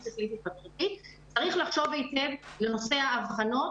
שכלית התפתחותית צריך לחשוב היטב בנושא האבחנות.